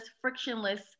frictionless